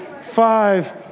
five